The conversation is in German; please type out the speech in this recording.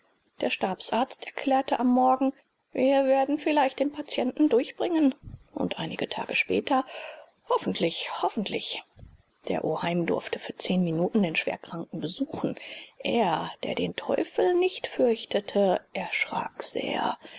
der stabsarzt erklärte am morgen wir werden vielleicht den patienten durchbringen und einige tage später hoffentlich hoffentlich der oheim durfte für zehn minuten den schwerkranken besuchen er der den teufel nicht fürchtete erschrak sehr